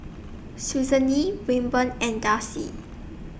Susanne Wilburn and Darcie